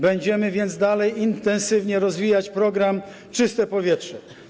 Będziemy więc dalej intensywnie rozwijać program „Czyste powietrze”